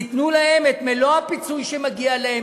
ייתנו להם את מלוא הפיצוי שמגיע להם.